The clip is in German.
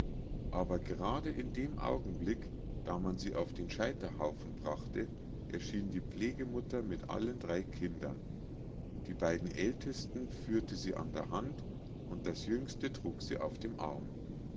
aber grade in dem augenblick da man sie auf den scheiterhaufen brachte erschien die pflegemutter mit allen drei kindern die beiden ältesten führte sie an der hand und das jüngste trug sie auf dem arm